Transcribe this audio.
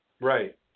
Right